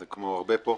זה כמו הרבה פה.